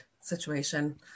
situation